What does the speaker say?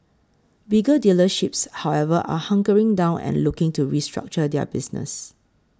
bigger dealerships however are hunkering down and looking to restructure their business